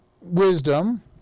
wisdom